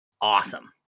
Awesome